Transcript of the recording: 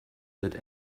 that